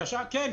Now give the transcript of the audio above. כן.